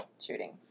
shooting